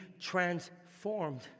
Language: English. transformed